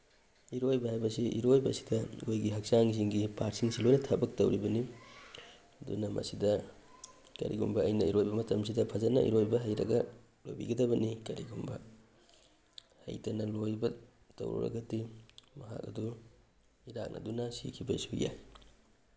ꯏꯔꯣꯏꯕ ꯍꯥꯏꯕꯁꯤ ꯏꯔꯣꯏꯕꯁꯤꯗ ꯑꯩꯈꯣꯏꯒꯤ ꯍꯛꯆꯥꯡꯁꯤꯡꯒꯤ ꯄꯥꯔꯠꯁꯤꯡꯁꯤ ꯂꯣꯏꯅ ꯊꯕꯛ ꯇꯧꯔꯤꯕꯅꯤ ꯑꯗꯨꯅ ꯃꯁꯤꯗ ꯀꯔꯤꯒꯨꯝꯕ ꯑꯩꯅ ꯏꯔꯣꯏꯕ ꯃꯇꯝꯁꯤꯗ ꯐꯖꯅ ꯏꯔꯣꯏꯕ ꯍꯩꯔꯒ ꯂꯣꯏꯕꯤꯒꯗꯕꯅꯤ ꯀꯔꯤꯒꯨꯝꯕ ꯍꯩꯇꯅ ꯂꯣꯏꯕ ꯇꯧꯔꯨꯔꯒꯗꯤ ꯃꯍꯥꯛ ꯑꯗꯨ ꯏꯔꯥꯛꯅꯗꯨꯅ ꯁꯤꯈꯤꯕꯁꯨ ꯌꯥꯏ